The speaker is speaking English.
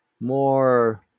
more